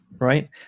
Right